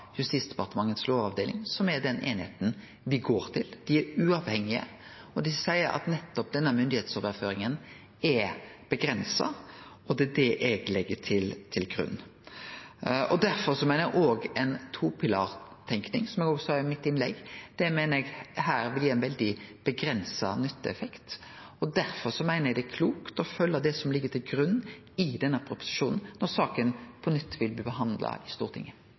Justisdepartementets lovavdeling er den eininga me går til. Dei er uavhengige, og dei seier at denne myndigheitsoverføringa er avgrensa, og det er det eg legg til grunn. Derfor meiner eg at ei topilartenking, som eg sa i innlegget mitt, vil gi ein avgrensa nytteeffekt, og derfor meiner eg også det er klokt å følgje det som ligg til grunn i denne proposisjonen, når saka på nytt blir behandla i Stortinget.